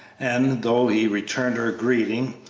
and though he returned her greeting,